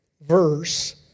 verse